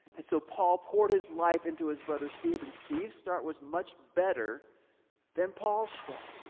and so paul poured his life into his brother steve and steve's start was much better than paul's start.